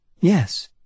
Yes